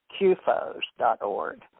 QFOs.org